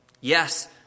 Yes